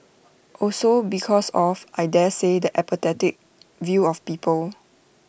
also because of I daresay the apathetic view of people